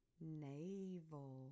navel